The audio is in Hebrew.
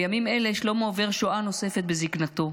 בימים אלה שלמה עובר שואה נוספת בזקנתו.